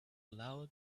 loud